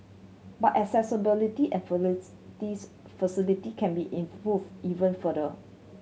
but accessibility and facilities can be improved even further